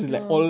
oh